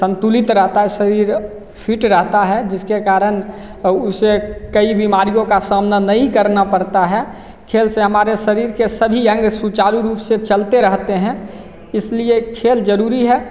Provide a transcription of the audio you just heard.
संतुलित रहता है शरीर फ़िट रहता है जिसके कारण उसे कई बीमारियों का सामना नहीं करना पड़ता है खेल से हमारे शरीर के सभी अंग सुचारू रूप से चलते रहते हैं इसलिए खेल जरूरी है